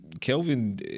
Kelvin